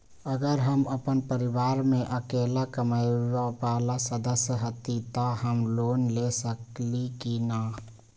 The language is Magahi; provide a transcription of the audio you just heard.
अगर हम अपन परिवार में अकेला कमाये वाला सदस्य हती त हम लोन ले सकेली की न?